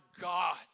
God